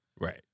Right